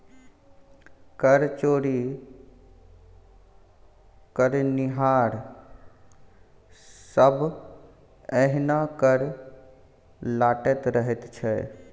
कर चोरी करनिहार सभ एहिना कर टालैत रहैत छै